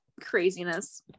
craziness